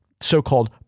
so-called